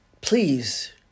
Please